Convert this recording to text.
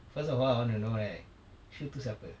first of all I want to know right shu tu siapa